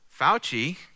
Fauci